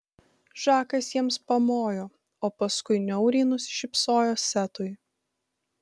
žakas jiems pamojo o paskui niauriai nusišypsojo setui